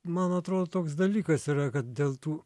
man atrodo toks dalykas yra kad dėl tų